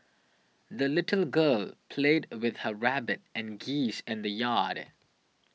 the little girl played with her rabbit and geese in the yard